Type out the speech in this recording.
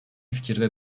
fikirde